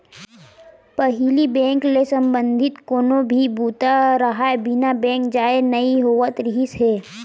पहिली बेंक ले संबंधित कोनो भी बूता राहय बिना बेंक जाए नइ होवत रिहिस हे